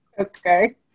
Okay